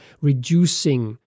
reducing